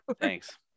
Thanks